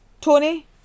Tony